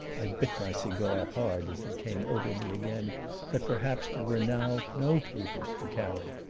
i bit my cigar hard as it came over me again that perhaps there were now no papers to carry!